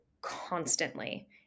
constantly